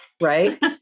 Right